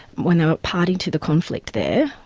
when they were party to the conflict there,